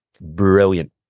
brilliant